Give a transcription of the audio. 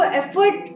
effort